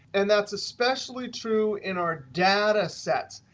and that's especially true in our data sets.